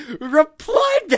replied